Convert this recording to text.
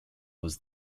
was